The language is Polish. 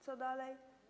Co dalej?